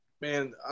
man